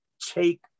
take